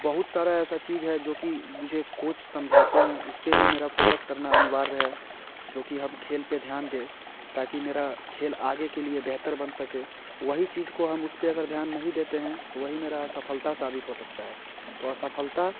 बहुत सारा ऐसा चीज है जो कि मुझे कोच समझाते हैं उसपे भी मेरा फोकस करना अनिवार्य है जो कि हम खेल पे ध्यान दें ताकि मेरा खेल आगे के लिए बेहतर बन सके वही चीज को अगर हम उस पे ध्यान नही देते हैं तो वही मेरा असफलता साबित हो सकता है तो असफलता